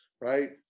right